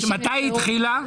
מתי היא התחילה?